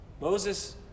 Moses